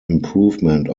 improvement